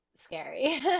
scary